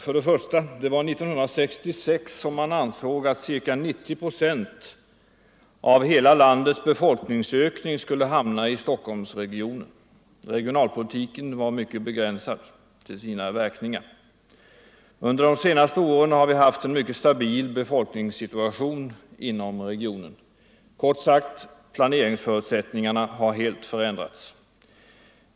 För det första ansåg man 1966 att ca 90 procent av hela landets befolkningsökning skulle hamna i Stockholmsregionen. Regionalpolitiken var mycket begränsad till sina verkningar. Under de senaste åren har vi i stället haft en mycket stabil befolkningssituation inom regionen, kort sagt planeringsförutsättningarna har helt förändrats.